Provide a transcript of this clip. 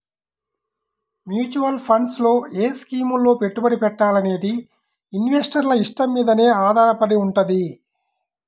mutual funds లో ఏ స్కీముల్లో పెట్టుబడి పెట్టాలనేది ఇన్వెస్టర్ల ఇష్టం మీదనే ఆధారపడి వుంటది